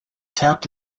tap